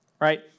right